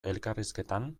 elkarrizketan